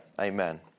Amen